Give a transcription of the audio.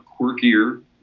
quirkier